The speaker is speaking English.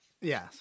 Yes